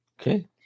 okay